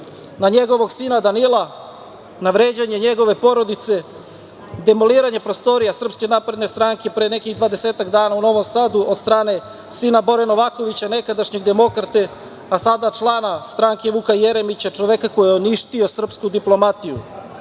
na njegovog sina Danila, na vređanje njegove porodice, demoliranje prostorija SNS pre nekih dvadesetak dana u Novom Sadu od strane sina Bore Novakovića, nekadašnjeg demokrate, a sada člana stranke Vuka Jeremića, čoveka koji je uništio srpsku diplomatiju